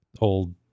Old